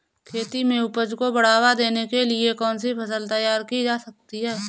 खेती में उपज को बढ़ावा देने के लिए कौन सी फसल तैयार की जा सकती है?